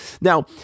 Now